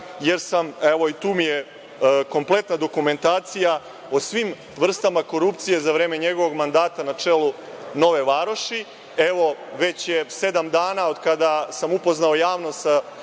okruga? Tu mi je i kompletna dokumentacija o svim vrstama korupcije za vreme njegovog mandata na čelu Nove Varoši. Evo, već je sedam dana od kada sam upoznao javnost sa